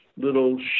little